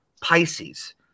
Pisces